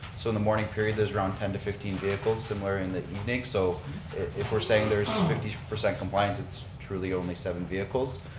so in the morning period, there's around ten to fifteen vehicles somewhere in the evening, so if we're saying there's fifty percent compliance, it's truly only seven vehicles.